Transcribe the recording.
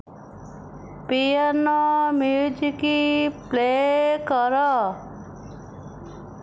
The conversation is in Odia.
ପିଆନୋ ମ୍ୟୁଜିକ୍ ପ୍ଲେ କର